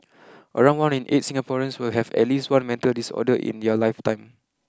around one in eight Singaporeans will have at least one mental disorder in their lifetime